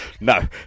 No